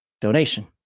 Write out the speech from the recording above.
donation